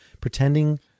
pretending